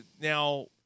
now